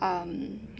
um